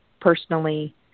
personally